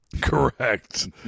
Correct